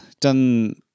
Done